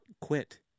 quit